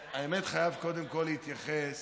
האמת היא שאני חייב קודם כול להתייחס